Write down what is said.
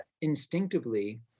instinctively